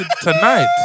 Tonight